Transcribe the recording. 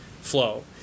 Flow